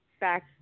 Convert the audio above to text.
back